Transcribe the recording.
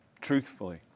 truthfully